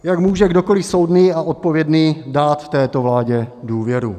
Jak může kdokoliv soudný a odpovědný dát této vládě důvěru?